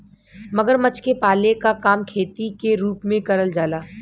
मगरमच्छ के पाले क काम खेती के रूप में करल जाला